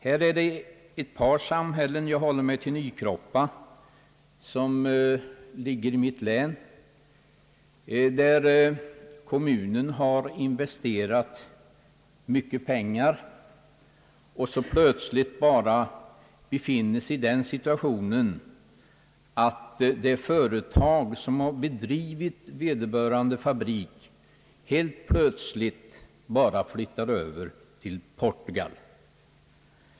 Det rör sig om ett par samhällen — jag håller mig till Nykroppa som ligger i mitt län — där kommunen investerat mycket pengar och plötsligt befinner sig i den situationen att det företag som drivit vederbörande fabrik helt plötsligt bara flyt tar över till Portugal.